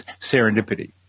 serendipity